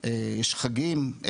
יש חגים,